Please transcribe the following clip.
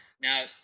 Now